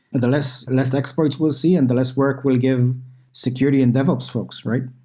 the less less experts we'll see and the less work we'll give security and devops folks, right?